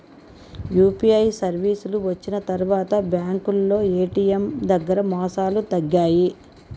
UPI సర్వీసులు వచ్చిన తర్వాత బ్యాంకులో ఏటీఎం దగ్గర మోసాలు తగ్గాయి